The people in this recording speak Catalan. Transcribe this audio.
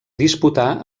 disputà